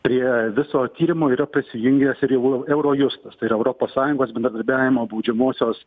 prie viso tyrimo yra prisijungęs ir jau eurojustas tai europos sąjungos bendradarbiavimo baudžiamosios